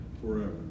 forever